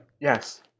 Yes